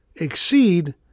exceed